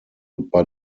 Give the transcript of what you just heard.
bei